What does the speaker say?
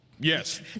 Yes